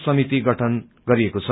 समिति गठन गरिएको छ